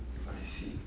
I see